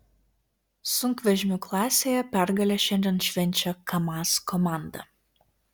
sunkvežimių klasėje pergalę šiandien švenčia kamaz komanda